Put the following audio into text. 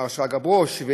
מר שרגא ברוש,